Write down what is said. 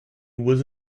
was